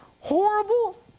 horrible